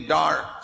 dark